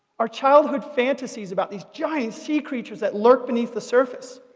our childhood fantasies about these giant sea creatures that lurked beneath the surface.